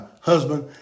husband